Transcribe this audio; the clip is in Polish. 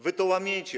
Wy to łamiecie.